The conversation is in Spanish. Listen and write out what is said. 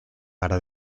para